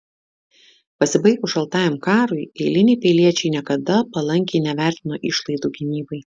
pasibaigus šaltajam karui eiliniai piliečiai niekada palankiai nevertino išlaidų gynybai